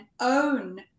own